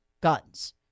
guns